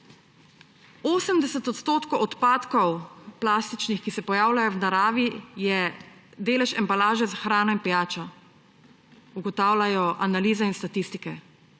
80 % plastičnih odpadkov, ki se pojavljajo v naravi, je delež embalaže za hrano in pijačo, ugotavljajo analize in statistike.